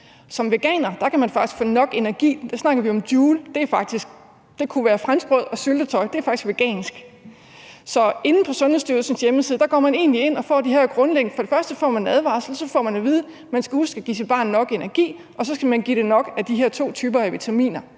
Som veganer kan man faktisk få nok energi – her snakker vi om joule, det kunne være franskbrød og syltetøj, det er faktisk vegansk. Inde på Sundhedsstyrelsens hjemmeside får man for det første en advarsel, og så får man at vide, at man skal huske at give sit barn nok energi, og at man så skal give det nok af de her to typer vitaminer.